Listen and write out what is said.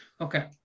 okay